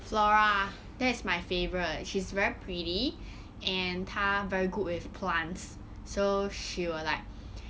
flora that's my favourite she's very pretty and 她 very good with plants so she will like